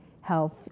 health